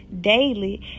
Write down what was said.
daily